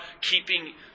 keeping